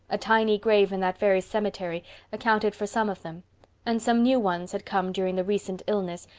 a tiny grave in that very cemetery accounted for some of them and some new ones had come during the recent illness,